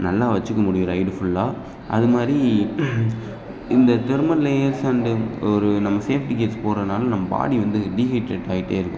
நல்லா வைச்சுக்க முடியும் ரைடு ஃபுல்லாக அது மாதிரி இந்த தெர்மல் லேயர்ஸ் அண்டு இப்போ ஒரு நம்ம சேஃப்டி கியர்ஸ் போடுறனால நம்ம பாடி வந்து டிஹைட்ரேட் ஆயிட்டே இருக்கும்